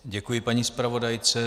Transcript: Děkuji paní zpravodajce.